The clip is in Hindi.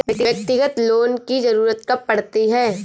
व्यक्तिगत लोन की ज़रूरत कब पड़ती है?